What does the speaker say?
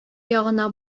ягына